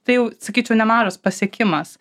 tai jau sakyčiau nemažas pasiekimas